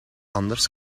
anders